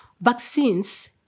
vaccines